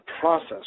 process